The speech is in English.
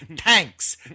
Thanks